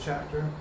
Chapter